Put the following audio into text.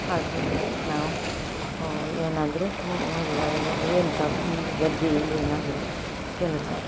ಅದರಲ್ಲಿ ನಾವು ಏನಾದರೂ ಮಳೆಗಾಲದಲ್ಲಿ ಎಂಥ ಗದ್ದೆಯಲ್ಲಿ ಏನಾದರೂ ಕೆಲಸ